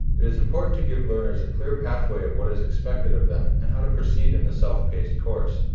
it is important to give learners a clear pathway of what is expected of them and how to proceed in the self-paced course.